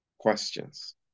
questions